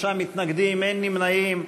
נגד, 53, אין נמנעים.